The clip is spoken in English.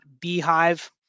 beehive